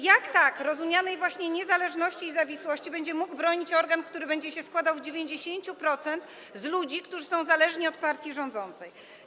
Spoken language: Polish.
Jak tak właśnie rozumianej niezależności i niezawisłości będzie mógł bronić organ, który będzie się składał w 90% z ludzi, którzy są zależni od partii rządzącej?